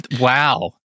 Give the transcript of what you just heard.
Wow